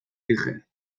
dije